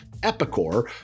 Epicor